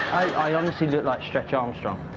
i honestly look like shaq armstrong.